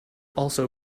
also